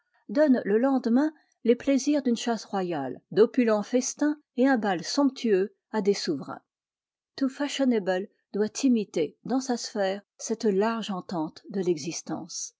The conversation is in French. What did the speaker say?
donne le lendemain les plaisirs d'une chasse royale d'opulents festins et un bal somptueux à des souverains tout fashionable doit imiter dans sa sphère cette large entente de l'existence